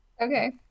Okay